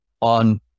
on